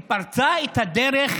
היא פרצה את הדרך